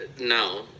no